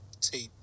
tape